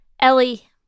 Ellie